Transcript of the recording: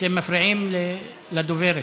אתם מפריעים לדוברת.